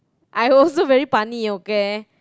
I also very funny okay